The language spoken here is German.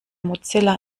mozilla